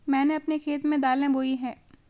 मैंने अपने खेत में दालें बोई हैं